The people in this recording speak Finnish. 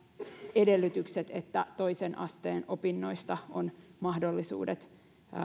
edellytykset että toisen asteen opinnoista on mahdollisuudet